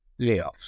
Layoffs